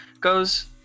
goes